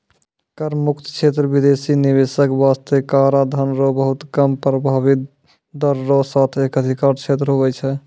कर मुक्त क्षेत्र बिदेसी निवेशक बासतें कराधान रो बहुत कम प्रभाबी दर रो साथ एक अधिकार क्षेत्र हुवै छै